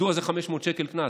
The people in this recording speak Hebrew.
מדוע זה 500 שקל קנס,